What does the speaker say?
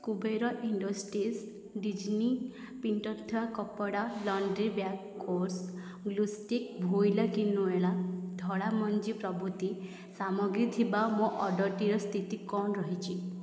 Kuber industries Disney print ଥିବା କପଡ଼ା laundry bag Kores glue stick ଭୋଇଲା କ୍ୱିନୋଆ ଧଳା ମଞ୍ଜି ପ୍ରଭୃତି ସାମଗ୍ରୀ ଥିବା ମୋ ଅର୍ଡ଼ର୍ଟିର ସ୍ଥିତି କ'ଣ ରହିଛି